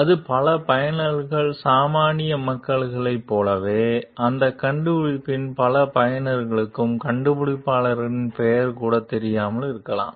அது பல பயனர்கள் சாமானிய மக்களைப் போலவே அந்தக் கண்டுபிடிப்பின் பல பயனர்களுக்கும் கண்டுபிடிப்பாளரின் பெயர் கூடத் தெரியாமல் இருக்கலாம்